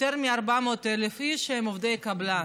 על יותר מ-400,000 איש שהם עובדי קבלן.